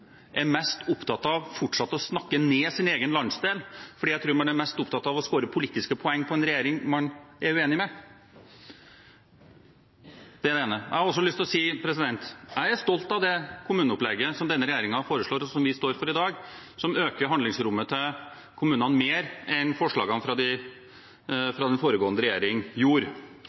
er mest opptatt av å snakke ned sin egen landsdel, fordi man er mest opptatt av å score politiske poeng, tror jeg, på en regjering man er uenig med. Det er det ene. Jeg har også lyst å si at jeg er stolt av det kommuneopplegget som denne regjeringen foreslår, og som vi står for i dag, som øker handlingsrommet til kommunene mer enn forslagene fra